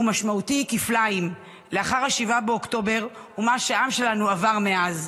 הוא משמעותי כפליים לאחר 7 באוקטובר ומה שהעם שלנו עבר מאז.